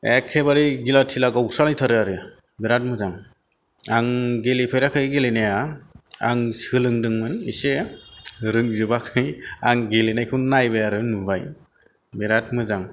एक्केबारे गिला थिला गावस्रा लायथारो आरो बेराद मोजां आं गेलेफेराखै गेलेनाया आं सोलोंदोंमोन एसे रोंजोबाखै आं गेलेनायखौ नायबाय आरो नुबाय बेराद मोजां